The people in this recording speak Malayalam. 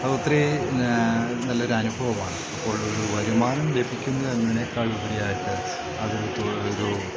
അതൊത്തിരി നല്ലൊരനുഭവമാണ് അപ്പോഴൊരു വരുമാനം ലഭിക്കുന്നതിനേക്കാളുപരിയായിട്ട് അതൊരു ഒരു